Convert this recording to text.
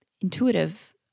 intuitive